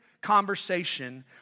conversation